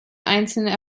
einzelnen